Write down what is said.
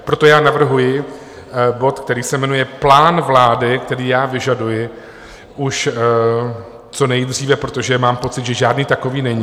Proto já navrhuji bod, který se jmenuje Plán vlády, který já vyžaduji už co nejdříve, protože mám pocit, že žádný takový není...